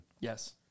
Yes